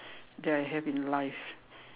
that I have in life